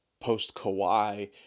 post-Kawhi